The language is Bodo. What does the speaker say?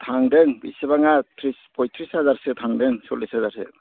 थांदों बेसेबाङा त्रिस पइत्रिस हाजारसो थांदों सल्लिस हाजारसो